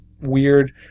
weird